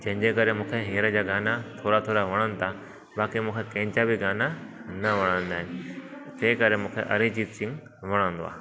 जे करे मूंखे हींअर जा गाना थोरा थोरा वणनि था बाक़ी मूंखे कंहिंजा बि गाना न वणंदा आहिनि तंहिं करे मूंखे अभिजीत सिंह वणंदो आहे